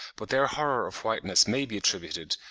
but their horror of whiteness may be attributed,